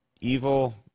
evil